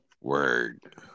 word